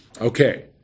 Okay